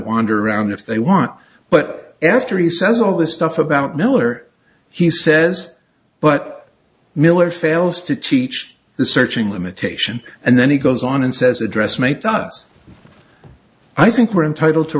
wander around if they want but after he says all the stuff about miller he says but miller fails to teach the searching limitation and then he goes on and says a dress made does i think we're entitled to